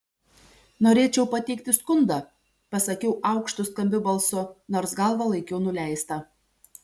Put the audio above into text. norėčiau pateikti skundą pasakiau aukštu skambiu balsu nors galvą laikiau nuleistą